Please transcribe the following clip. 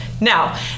Now